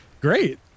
great